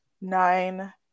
nine